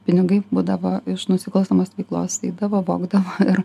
pinigai būdavo iš nusikalstamos veiklos eidavo vogdavo ir